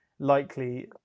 likely